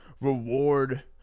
reward